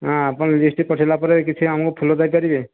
ହଁ ଆପଣ ଲିଷ୍ଟ୍ ପଠାଇଲା ପରେ କିିଛି ଆମକୁ ଫୁଲ ଦେଇପାରିବେ